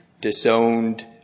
disowned